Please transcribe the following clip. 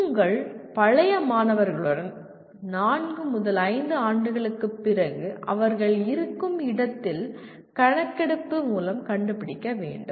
உங்கள் பழைய மாணவர்களுடன் நான்கு முதல் ஐந்து ஆண்டுகளுக்குப் பிறகு அவர்கள் இருக்கும் இடத்தில் கணக்கெடுப்பு மூலம் கண்டுபிடிக்க வேண்டும்